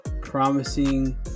promising